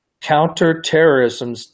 counterterrorism